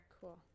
Cool